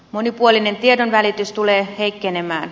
monipuolinen tiedonvälitys tulee heikkenemään